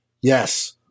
Yes